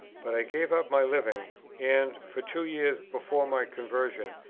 but i gave up my living and, for two years before my conversion,